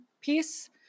piece